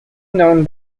known